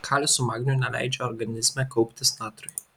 kalis su magniu neleidžia organizme kauptis natriui